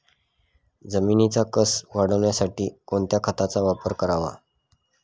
जमिनीचा कसं वाढवण्यासाठी कोणत्या खताचा वापर करावा?